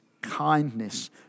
kindness